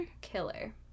Killer